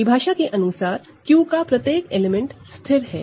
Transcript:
परिभाषा के अनुसार Q का प्रत्येक एलिमेंट स्थिर है